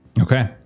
Okay